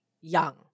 young